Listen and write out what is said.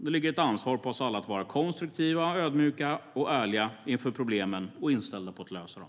Det ligger ett ansvar på oss alla att vara konstruktiva, ödmjuka och ärliga inför problemen och inställda på att lösa dem.